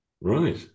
Right